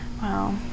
Wow